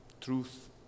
Truth